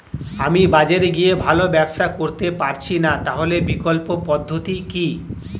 আমি বাজারে গিয়ে ভালো ব্যবসা করতে পারছি না তাহলে বিকল্প পদ্ধতি কি?